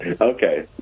Okay